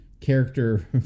character